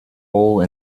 hole